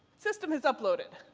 system has uploaded!